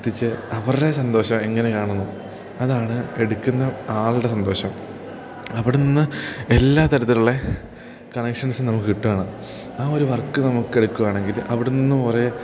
എത്തിച്ച് അവരുടെ സന്തോഷം എങ്ങനെ കാണുന്നു അതാണ് എടുക്കുന്ന ആളുടെ സന്തോഷം അവിടെ നിന്ന് എല്ലാ തരത്തിലുള്ള കണക്ഷൻസും നമുക്ക് കിട്ടുകയാണ് ആ ഒരു വർക്ക് നമുക്കെടുക്കുകയാണെങ്കിൽ അവിടെ നിന്ന് കുറേ